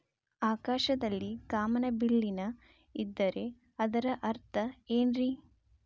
ಆಕಾಶದಲ್ಲಿ ಕಾಮನಬಿಲ್ಲಿನ ಇದ್ದರೆ ಅದರ ಅರ್ಥ ಏನ್ ರಿ?